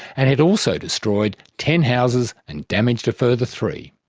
and it also destroyed ten houses and damaged a further three.